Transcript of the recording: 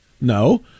No